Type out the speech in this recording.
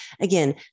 Again